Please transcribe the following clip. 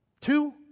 Two